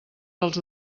dels